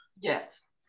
yes